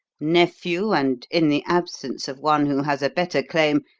nephew, and, in the absence of one who has a better claim,